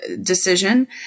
decision